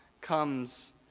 comes